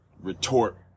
retort